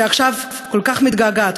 שעכשיו כל כך מתגעגעת,